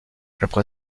après